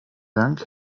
dank